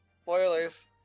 Spoilers